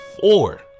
four